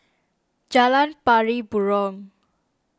Jalan Pari Burong